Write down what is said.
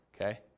Okay